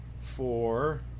Four